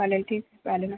चालेल ठीक चालेल